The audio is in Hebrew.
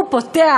הוא פותח,